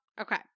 Okay